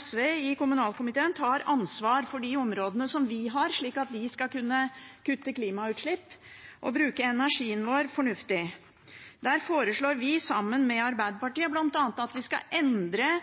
SV i kommunalkomiteen tar ansvar for de områdene som vi har, slik at vi skal kunne kutte klimagassutslipp og bruke energien vår fornuftig. Der foreslår vi, sammen med Arbeiderpartiet, bl.a. at vi skal endre